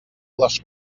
les